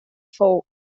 fou